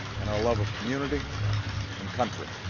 and our love of community and country.